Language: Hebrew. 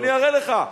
אני אראה לך.